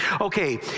Okay